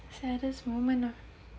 saddest moment of